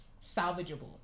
salvageable